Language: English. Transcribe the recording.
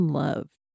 loved